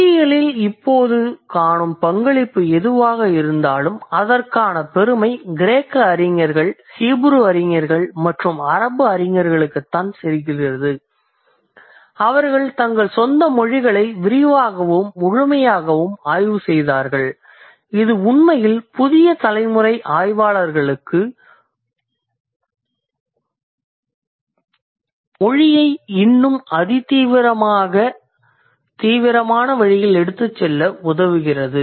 மொழியியலில் இப்போது காணும் பங்களிப்பு எதுவாக இருந்தாலும் அதற்கான பெருமை கிரேக்க அறிஞர்கள் ஹீப்ரு அறிஞர்கள் மற்றும் அரபு அறிஞர்களுக்குத்தான் செல்கிறது அவர்கள் தங்கள் சொந்த மொழிகளை விரிவாகவும் முழுமையாகவும் ஆய்வு செய்தார்கள் இது உண்மையில் புதிய தலைமுறை ஆய்வாளர்களுக்கு மொழியை இன்னும் அதிதீவிர வழியில் எடுத்துச் செல்ல உதவியது